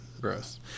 Gross